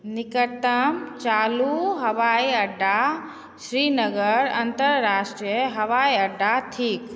निकटतम चालू हवाईअड्डा श्रीनगर अन्तर्राष्ट्रीय हवाईअड्डा थिक